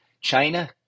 China